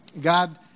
God